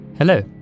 Hello